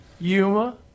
Yuma